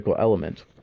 element